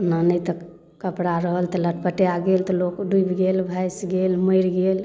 ओना नहि तऽ कपड़ा रहल तऽ लटपटै गेल तऽ लोक डुबि गेल भाइस गेल मरि गेल